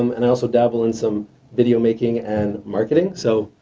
um and i also dabble in some video making and marketing. so,